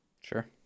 Sure